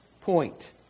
point